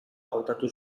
hautatu